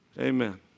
amen